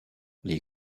les